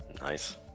Nice